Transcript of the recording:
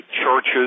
churches